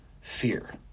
fear